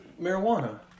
marijuana